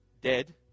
dead